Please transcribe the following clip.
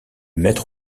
maître